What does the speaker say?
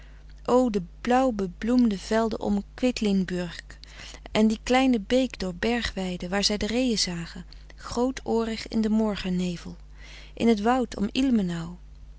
de blauw bebloemde velden om quedlinburg en die kleine beek door bergweide waar zij de reeën zagen grootoorig in den morgennevel in t woud om